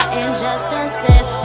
injustices